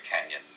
Canyon